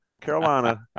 Carolina